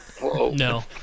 No